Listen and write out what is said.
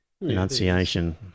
enunciation